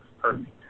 Perfect